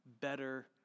better